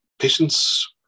Patients